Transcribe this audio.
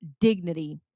dignity